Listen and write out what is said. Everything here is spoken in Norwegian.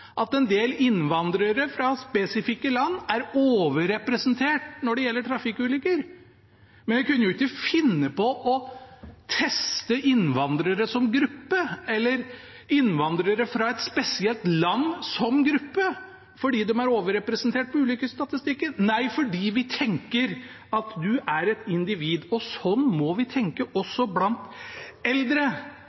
at en del innvandrere fra spesifikke land er overrepresentert når det gjelder trafikkulykker, men vi kunne jo ikke finne på å teste innvandrere som gruppe eller innvandrere fra et spesielt land som gruppe fordi de er overrepresentert på ulykkesstatistikken. Nei, vi tenker at du er et individ, og sånn må vi tenke også når det gjelder eldre.